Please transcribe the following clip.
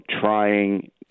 trying